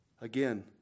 Again